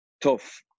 tough